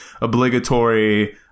obligatory